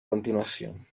continuación